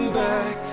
back